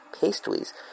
pastries